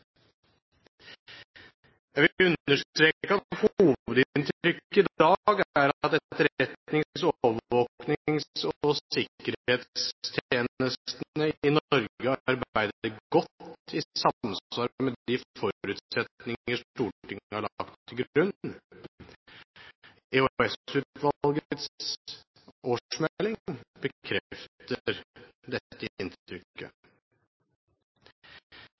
Jeg vil understreke at hovedinntrykket i dag er at etterretnings-, overvåknings- og sikkerhetstjenestene i Norge arbeider godt i samsvar med de forutsetninger Stortinget har lagt til grunn. EOS-utvalgets årsmelding bekrefter dette inntrykket. EOS-utvalget som Stortingets kontrollorgan rapporterer direkte til